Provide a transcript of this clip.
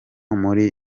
muri